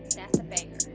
that's a